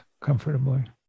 comfortably